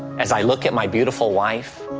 as i look at my beautiful wife,